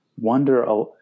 wonder